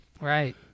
Right